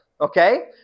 Okay